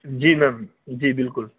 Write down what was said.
جی ma'am جی بالکل